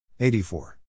84